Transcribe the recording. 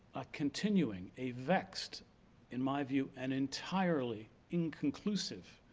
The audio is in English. a continuing, a vexed in my view, an entirely inconclusive,